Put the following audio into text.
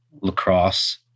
lacrosse